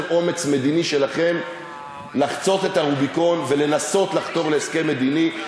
האומץ המדיני שלכם לחצות את הרוביקון ולנסות לחתור להסכם מדיני.